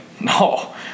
no